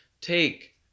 take